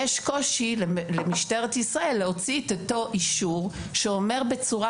יש קושי למשטרת ישראל להוציא את אותו אישור שאומר בצורה